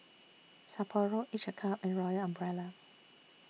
Sapporo Each A Cup and Royal Umbrella